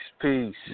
peace